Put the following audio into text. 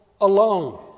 alone